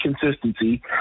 consistency